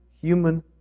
human